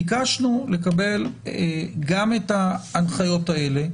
ביקשנו לקבל גם את ההנחיות האלה,